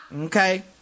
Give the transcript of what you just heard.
Okay